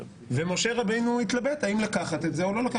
משה רבנו התלבט האם לקחת את זה או לא,